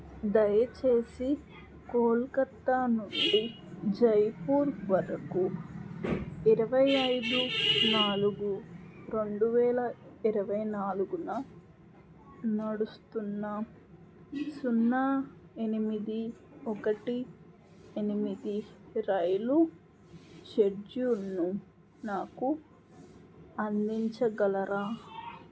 దయచేసి కోల్కత్తా నుండి జైపూర్ వరకు ఇరవై ఐదు నాలుగు రెండు వేల ఇరవై నాలుగున నడుస్తున్న సున్నా ఎనిమిది ఒకటి ఎనిమిది రైలు షెడ్యూల్ను నాకు అందించగలరా